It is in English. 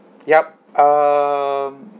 ya um